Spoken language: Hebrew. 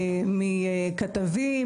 מכתבים,